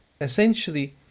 essentially